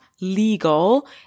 legal